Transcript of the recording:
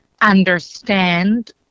understand